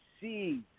see